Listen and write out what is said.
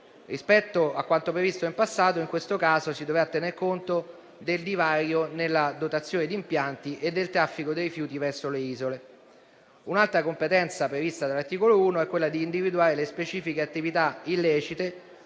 Rispetto a quanto previsto in passato, in questo caso si dovrà tener conto del divario nella dotazione di impianti e del traffico dei rifiuti verso le isole. Un'altra competenza prevista dall'articolo 1 è quella di individuare le specifiche attività illecite